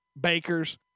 bakers